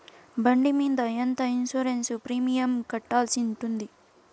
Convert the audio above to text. బండి మీద ఎంత ఇన్సూరెన్సు ప్రీమియం కట్టాల్సి ఉంటుంది?